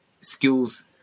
skills